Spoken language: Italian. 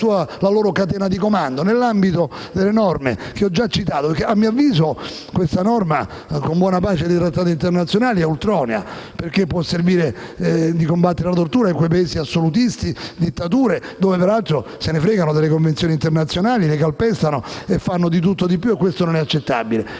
la loro catena di comando. Ma, nell'ambito delle norme che ho già citato, ritengo questa norma - con buona pace dei trattati internazionali - ultronea. Può servire a combattere la tortura in quei Paesi assolutisti, nelle dittature, dove peraltro se ne fregano delle convenzioni internazionali, le calpestano e fanno di tutto e di più, e questo non è accettabile.